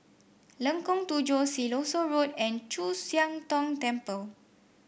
Lengkong Tujuh Siloso Road and Chu Siang Tong Temple